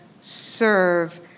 serve